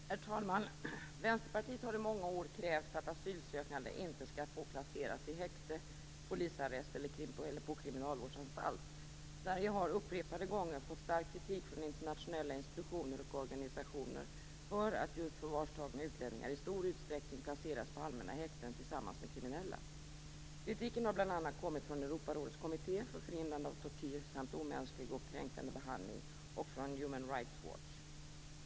Herr talman! Vänsterpartiet har i många är krävt att asylsökande inte skall få placeras i häkte, polisarrest eller på kriminalvårdsanstalt. Sverige har upprepade gånger fått stark kritik från internationella institutioner och organisationer för att just förvarstagna utlänningar i stor utsträckning placerats på allmänna häkten tillsammans med kriminella. Kritiken har bl.a. kommit från Europarådets kommitté för förhindrande av tortyr samt omänsklig och kränkande behandling, och från Human Rights Watch.